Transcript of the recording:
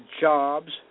jobs